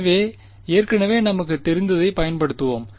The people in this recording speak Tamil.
எனவே ஏற்கனவே நமக்குத் தெரிந்ததைப் பயன்படுத்துவோம்